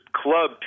club